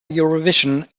eurovision